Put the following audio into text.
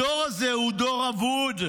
הדור הזה הוא דור אבוד.